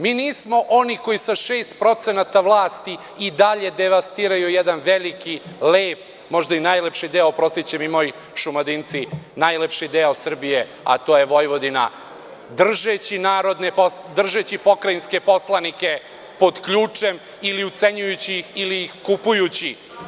Mi nismo oni koji sa 6% vlasti i dalje devastiraju jedan veliki, lep, možda i najlepši deo Srbije, oprostiće mi moji Šumadinci, a to je Vojvodina, držeći pokrajinske poslanike pod ključem ili ucenjujući ih ili ih kupujući.